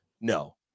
no